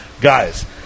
guys